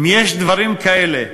אם יש דברים כאלה,